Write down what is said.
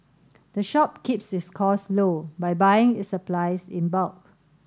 the shop keeps its costs low by buying its supplies in bulk